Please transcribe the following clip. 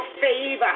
favor